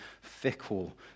fickle